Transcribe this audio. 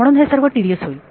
म्हणून हे सर्व टीडीयस होईल